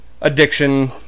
addiction